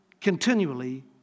continually